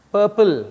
Purple